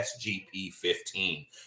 SGP15